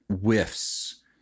whiffs